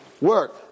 work